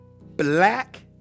black